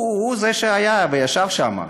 הוא זה שהיה וישב שם,